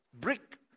brick